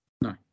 no